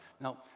Now